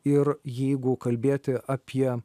ir jeigu kalbėti apie